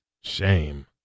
shame